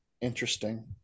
interesting